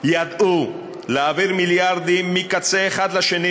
ידעו להעביר מיליארדים מקצה אחד לשני